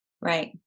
Right